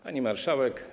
Pani Marszałek!